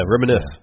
Reminisce